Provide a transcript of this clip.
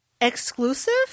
exclusive